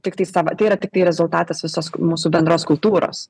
tiktai sava tai yra tiktai rezultatas visos mūsų bendros kultūros